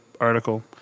article